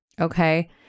Okay